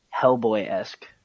Hellboy-esque